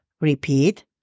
Repeat